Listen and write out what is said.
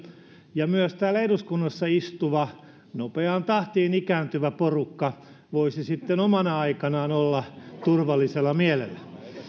ja myös täällä eduskunnassa istuva nopeaan tahtiin ikääntyvä porukka voisivat sitten omana aikanaan olla turvallisella mielellä